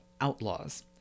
outlaws